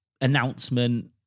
announcement